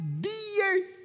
dear